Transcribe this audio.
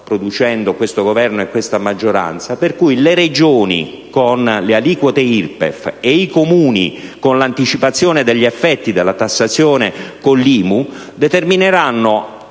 producendo questo Governo e questa maggioranza - per cui le Regioni con le aliquote IRPEF e i Comuni con l'anticipazione degli effetti della tassazione con l'IMU saranno